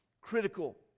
critical